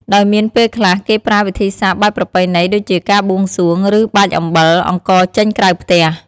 ដោយមានពេលខ្លះគេប្រើវិធីសាស្ត្របែបប្រពៃណី ដូចជាការបួងសួង ឬបាចអំបិល អង្ករចេញក្រៅផ្ទះ។